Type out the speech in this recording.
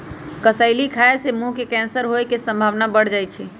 कसेली खाय से मुंह के कैंसर होय के संभावना बढ़ जाइ छइ